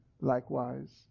likewise